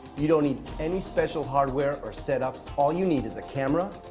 you don't need any special hardware or setups, all you need is a camera,